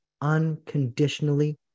unconditionally